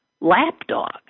lapdog